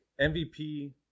MVP